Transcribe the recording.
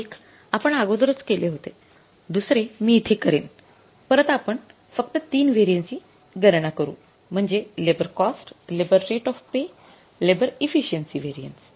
एक आपण अगोदरच केले होते दुसरे मी इथे करेन परत आपण फक्त ३ व्हेरिएन्स ची गणना करू म्हणजे labour cost labour rate of pay labour efficiency variance